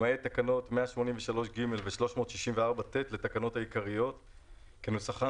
למעט תקנות 183ג ו-364ט לתקנות העיקריות כנוסחן